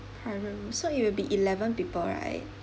private room so it will be eleven people right